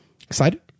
Excited